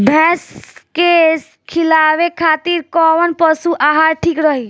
भैंस के खिलावे खातिर कोवन पशु आहार ठीक रही?